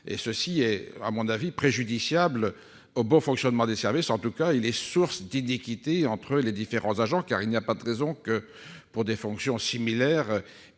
cette situation est préjudiciable au bon fonctionnement des services ; en tout cas, elle est source d'iniquité entre les agents, car il n'y a pas de raison que, pour des fonctions similaires,